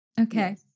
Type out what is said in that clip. Okay